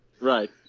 Right